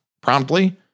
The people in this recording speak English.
promptly